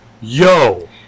Yo